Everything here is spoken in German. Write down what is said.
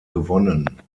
gewonnen